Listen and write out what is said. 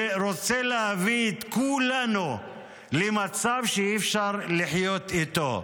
ורוצה להביא את כולנו למצב שאי-אפשר לחיות איתו.